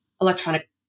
electronic